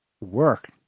work